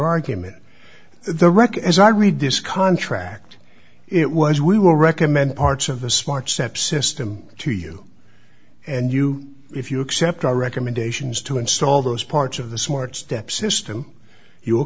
argument the record as i read this contract it was we will recommend parts of the smart step system to you and you if you accept our recommendations to install those parts of the smart step system you will